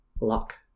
lock